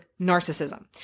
narcissism